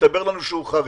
שיסתבר לנו שהוא חריג.